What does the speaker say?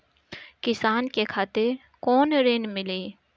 किसान के खातिर कौन ऋण मिली?